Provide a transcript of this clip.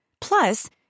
Plus